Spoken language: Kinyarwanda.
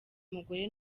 umugore